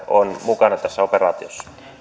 on reserviläisiä mukana tässä operaatiossa